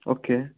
okay